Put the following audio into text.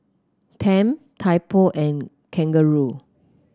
Tempt Typo and Kangaroo